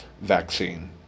vaccine